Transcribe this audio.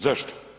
Zašto?